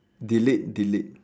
delete delete